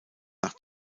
nach